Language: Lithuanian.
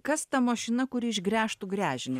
kas ta mašina kur išgręžtų gręžinį